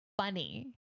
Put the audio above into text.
funny